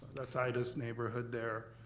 that's ida's neighborhood there.